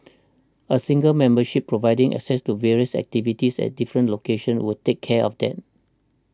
a single membership providing access to various activities at different locations would take care of that